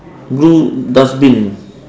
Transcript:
blue dustbin